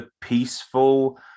peaceful